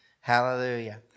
Hallelujah